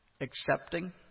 Accepting